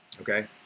okay